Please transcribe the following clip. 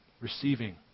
receiving